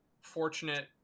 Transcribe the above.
fortunate